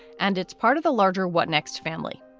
and it's part of a larger what next family.